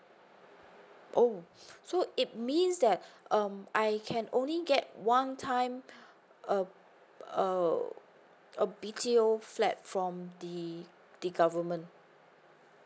oh so it means that um I can only get one time um uh a BTO flat from the the government